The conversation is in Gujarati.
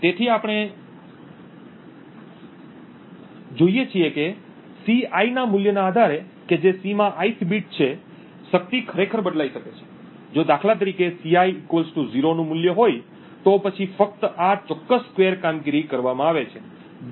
તેથી આપણે જોઈએ છીએ કે Ci ના મૂલ્યના આધારે કે જે C માં ith બીટ છે શક્તિ ખરેખર બદલાઇ શકે છે જો દાખલા તરીકે Ci 0 નું મૂલ્ય હોય તો પછી ફક્ત આ ચોક્કસ સ્કવેર કામગીરી કરવામાં આવે છે